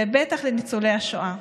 ובטח לניצולי השואה.